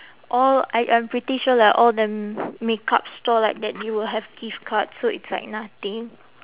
all I I'm pretty sure like all the makeup store like that they will have gift card so it's like nothing